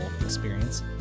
experience